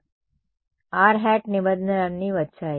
rˆ నిబంధనలన్నీ వచ్చాయి